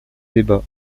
débat